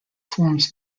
forms